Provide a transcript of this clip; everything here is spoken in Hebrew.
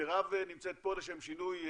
מרב נמצאת פה, לשם שינוי.